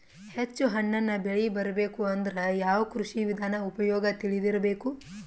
ಹೆಚ್ಚು ಹಣ್ಣನ್ನ ಬೆಳಿ ಬರಬೇಕು ಅಂದ್ರ ಯಾವ ಕೃಷಿ ವಿಧಾನ ಉಪಯೋಗ ತಿಳಿದಿರಬೇಕು?